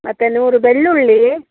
ಮತ್ತು ನೂರು ಬೆಳ್ಳುಳ್ಳಿ